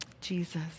Jesus